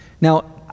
Now